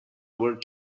were